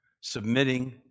submitting